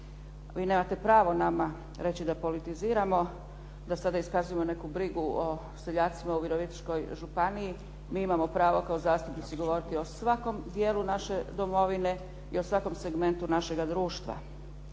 Vi nemate pravo nama reći da politiziramo, da sada iskazujemo neku brigu o seljacima u virovitičkoj županiji. Mi imamo pravo kao zastupnici govoriti o svakom dijelu naše domovine i o svakom segmentu našega društva.